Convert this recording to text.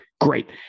Great